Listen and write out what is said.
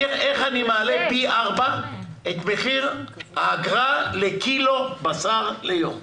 איך אני מעלה פי ארבע את מחיר האגרה לקילו בשר ליום.